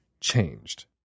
changed